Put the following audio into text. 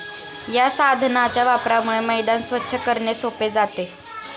या साधनाच्या वापरामुळे मैदान स्वच्छ करणे सोपे जाते